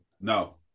No